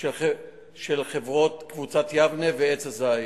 של חברות "קבוצת יבנה" ו"עץ הזית",